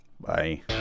Bye